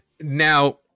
Now